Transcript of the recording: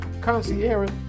Concierge